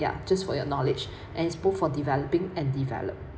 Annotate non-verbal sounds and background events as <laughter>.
ya just for your knowledge <breath> and spoke for developing and developed